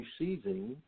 receiving